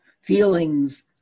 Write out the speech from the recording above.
feelings